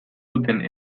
duten